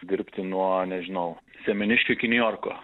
dirbti nuo nežinau semeniškių iki niujorko